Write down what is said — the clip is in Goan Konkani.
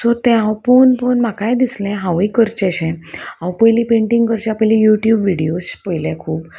सो तें हांव पोवन पोवन म्हाकाय दिसलें हांवूय करचेंशें हांव पयलीं पेंटींग करचे पयलीं यूट्यूब विडियोज पयले खूब